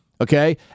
okay